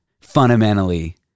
fundamentally